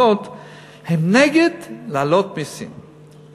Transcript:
הם נגד אחוז מס הכנסה.